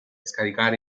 scaricare